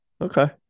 Okay